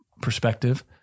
perspective